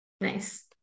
Nice